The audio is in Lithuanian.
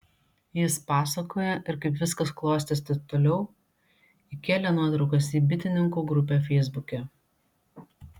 jis pasakoja ir kaip viskas klostėsi toliau įkėlė nuotraukas į bitininkų grupę feisbuke